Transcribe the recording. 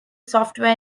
software